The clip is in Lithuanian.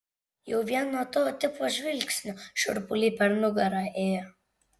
jau vien nuo to tipo žvilgsnio šiurpuliai per nugarą ėjo